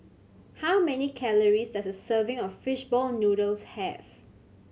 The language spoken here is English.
how many calories does a serving of fish ball noodles have